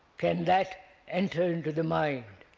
can that enter into the mind.